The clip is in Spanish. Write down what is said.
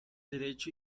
derecho